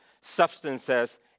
substances